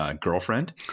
girlfriend